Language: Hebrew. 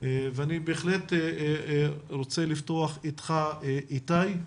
ואני בהחלט רוצה לפתוח איתך, איתי,